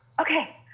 Okay